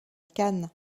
canne